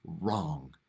wrong